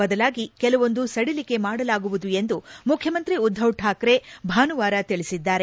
ಬದಲಾಗಿ ಕೆಲವೊಂದು ಸಡಿಲಿಕೆ ಮಾಡಲಾಗುವುದು ಎಂದು ಮುಖ್ಯಮಂತ್ರಿ ಉದ್ದವ್ ಶಾಕ್ರೆ ಭಾನುವಾರ ತಿಳಿಸಿದ್ದಾರೆ